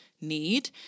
need